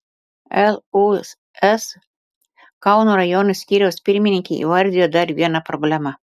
lūs kauno rajono skyriaus pirmininkė įvardijo dar vieną problemą